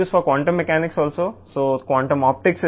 మీరు quantum mechanics కోసం కూడా ఉపయోగించే వెర్షన్లు ఉన్నాయి